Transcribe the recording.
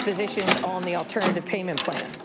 physicians on the alternative payment plan.